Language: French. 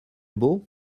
beau